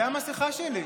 זו המסכה שלי.